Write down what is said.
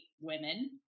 women